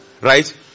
Right